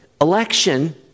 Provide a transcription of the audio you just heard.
election